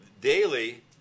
daily